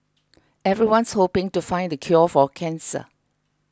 everyone's hoping to find the cure for cancer